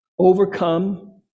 Overcome